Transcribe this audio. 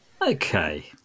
Okay